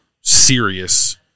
serious